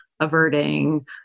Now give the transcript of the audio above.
averting